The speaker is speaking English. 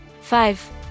Five